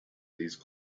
these